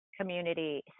community